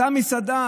אותה מסעדה